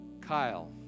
Kyle